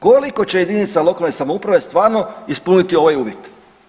Koliko će jedinica lokalne samouprave stvarno ispuniti ovaj uvjet?